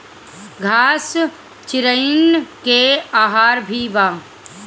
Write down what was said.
घास चिरईन के आहार भी बा